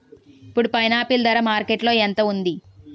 ఇప్పుడు పైనాపిల్ ధర మార్కెట్లో ఎంత ఉంది?